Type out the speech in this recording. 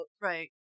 Right